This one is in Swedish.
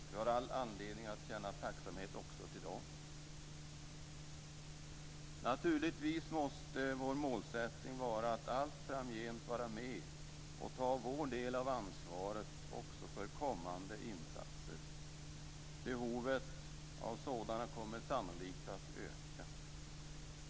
Vi har all anledning att känna tacksamhet också till dem. Naturligtvis måste vår målsättning vara att allt framgent vara med och ta vår del av ansvaret också för kommande insatser. Behovet av sådana kommer sannolikt att öka.